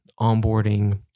onboarding